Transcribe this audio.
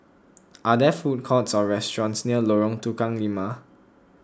are there food courts or restaurants near Lorong Tukang Lima